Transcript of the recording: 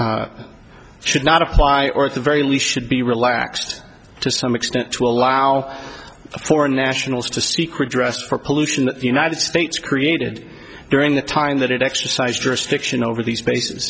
be should not apply or at the very least should be relaxed to some extent to allow foreign nationals to seek redress for pollution that the united states created during the time that it exercised jurisdiction over these cases